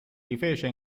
rifece